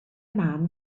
mam